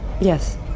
Yes